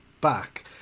back